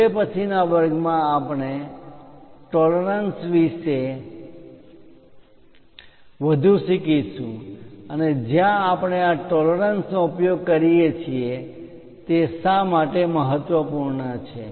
હવે પછીના વર્ગમાં આપણે ટોલરન્સ પરિમાણ મા માન્ય તફાવત વિશે વધુ શીખીશું અને જ્યાં આપણે આ ટોલરન્સ પરિમાણ મા માન્ય તફાવત નો ઉપયોગ કરીએ છીએ તે શા માટે મહત્વપૂર્ણ છે